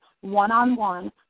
one-on-one